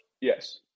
Yes